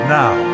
now